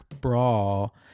Brawl